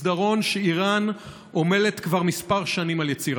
מסדרון שאיראן עמלה כבר כמה שנים על יצירתו.